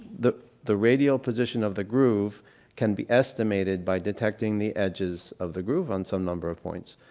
the the radial position of the groove can be estimated by detecting the edges of the groove on some number of points.